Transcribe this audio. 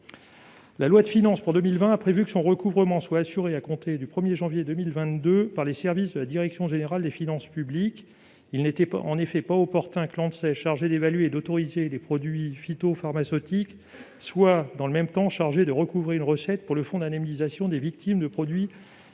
La loi de finances pour 2020 a prévu que son recouvrement soit assuré, à compter du 1 janvier 2022, par les services de la direction générale des finances publiques, la DGFiP. Il n'était en effet pas opportun que l'Anses, chargée d'évaluer et d'autoriser les produits phytopharmaceutiques, soit dans le même temps chargée de recouvrer une recette pour le fonds d'indemnisation des victimes de produits phytopharmaceutiques.